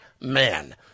man